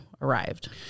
arrived